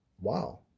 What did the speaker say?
wow